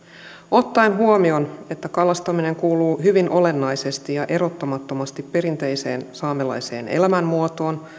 ottaen huomioon että kalastaminen kuuluu hyvin olennaisesti ja erottamattomasti perinteiseen saamelaiseen elämänmuotoon